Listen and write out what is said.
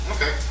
Okay